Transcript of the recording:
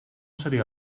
seria